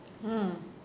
hmm